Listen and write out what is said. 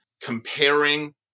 comparing